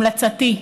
המלצתי: